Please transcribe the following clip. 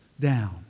down